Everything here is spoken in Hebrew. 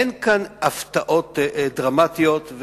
אין כאן הפתעות דרמטיות,